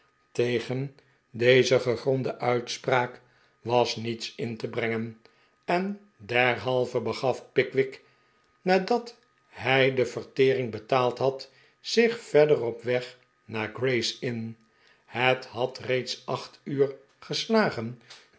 tegen deze gegronde uitspraak was niets in te brengen en derhalve begaf pickwick nadat hij de vertering betaald had zich verder op weg naar grays inn het had reeds acht uur gestagen